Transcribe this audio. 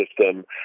system